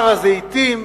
הר-הזיתים,